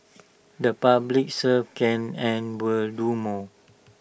the public serve can and will do more